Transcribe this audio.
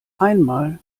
einmal